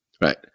Right